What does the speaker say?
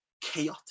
chaotic